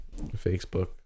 Facebook